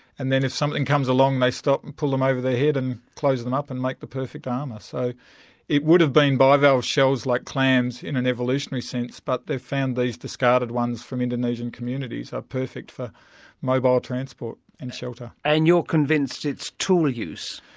and then if something comes along they stop and pull them over their head and close them up and make the perfect armour. so it would have been bivalve shells like clams in an evolutionary sense but they've found these discarded ones from indonesian communities that are perfect for mobile transport and shelter. and you're convinced it's tool use?